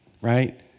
right